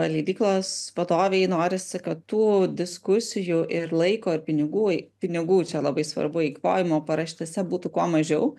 leidyklos vadovė jei norisi kad tų diskusijų ir laiko ir pinigų pinigų čia labai svarbu eikvojimo paraštėse būtų kuo mažiau